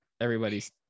everybody's